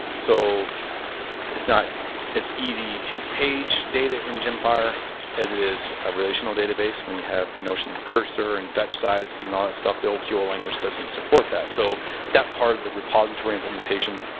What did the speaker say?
so it's not as easy to page data engine fire as it is a relational database when you have the notion of cursor and fetch sizes and all that stuff, the oql language doesn't support that so that part of the repository implementation,